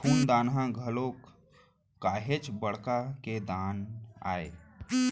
खून दान ह घलोक काहेच बड़का के दान आय